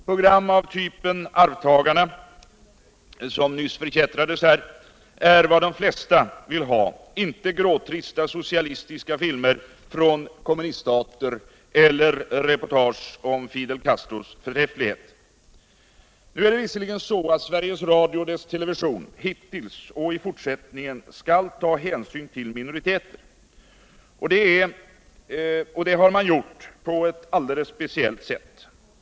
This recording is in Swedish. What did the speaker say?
Program av typen ”Arvingarna”, som nyss förkättrades här, är vad de flesta vill ha; inte gråtrista socialistiska filmer från kommuniststater eller reportage om Fidel Castros törträfflighet. Nu är det visserligen så, att Sveriges Radio och dess television hitills och i fortsättningen skall ta hänsyn till minoriteter. Det har man också gjort på ett alldeles speciellt sätt.